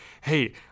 Hey